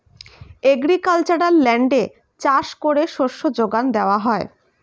agricultural ল্যান্ডে চাষ করে শস্য যোগান দেওয়া হয়